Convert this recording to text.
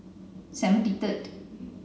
seventy third